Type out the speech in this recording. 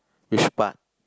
which part